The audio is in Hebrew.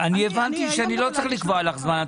אני הבנתי שאני לא צריך לקבוע לך זמן,